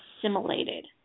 assimilated